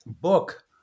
book